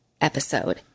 episode